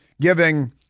giving